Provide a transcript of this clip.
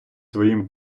своїм